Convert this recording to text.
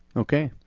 okay,